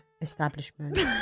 establishment